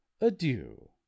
adieu